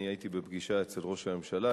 אני הייתי בפגישה אצל ראש הממשלה,